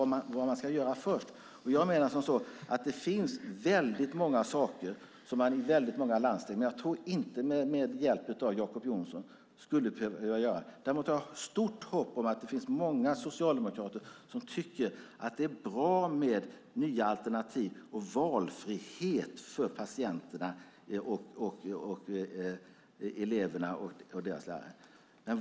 Det finns väldigt många saker som görs i väldigt många landsting, men jag tror inte att man skulle ha hjälp av Jacob Johnson. Däremot har jag stort hopp om att det finns många socialdemokrater som tycker att det är bra med nya alternativ och valfrihet för patienterna och eleverna och deras lärare.